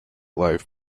life